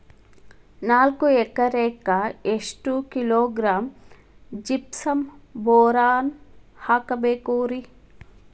ನಾಲ್ಕು ಎಕರೆಕ್ಕ ಎಷ್ಟು ಕಿಲೋಗ್ರಾಂ ಜಿಪ್ಸಮ್ ಬೋರಾನ್ ಹಾಕಬೇಕು ರಿ?